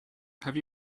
have